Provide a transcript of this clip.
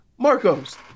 Marcos